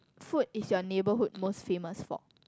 food is your neighborhood most famous for